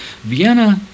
Vienna